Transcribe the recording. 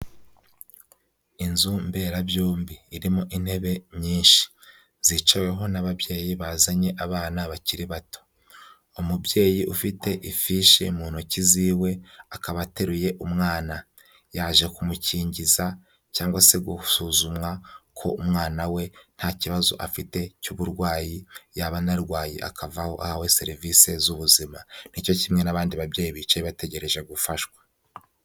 Inzu mberabyombi, irimo intebe nyinshi zicaweho n'ababyeyi bazanye abana bakiri bato, umubyeyi ufite ifishi mu ntoki ziwe, akaba ateruye umwana, yaje kumukingiza, cyangwa se gusuzumwa ko umwana we nta kibazo afite cy'uburwayi, yaba anarwaye akavaho ahawe serivisi z'ubuzima, ni cyo kimwe n'abandi babyeyi bicaye bategereje gufashwa.